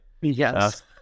yes